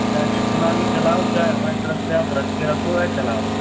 चाहे कितना भी चलाओ चाहे हमारी तरफ़ से आप रखे रखो या चलाओ